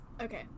okay